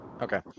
Okay